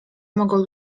mogą